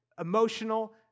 emotional